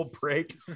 break